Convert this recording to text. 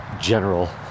general